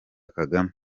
kagame